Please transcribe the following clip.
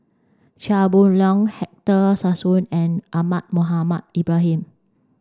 Chia Boon Leong Sassoon and Ahmad Mohamed Ibrahim